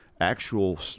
actual